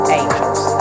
angels